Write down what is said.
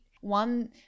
one